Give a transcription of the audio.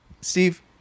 Steve